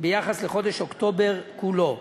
ביחס לחודש אוקטובר כולו.